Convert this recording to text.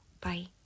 Bye